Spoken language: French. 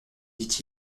dit